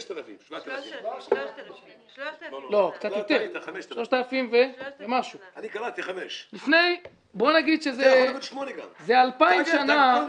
6,000. 7,000. 3,000. 5,000. בוא נגיד שאלה 2,000 שנים.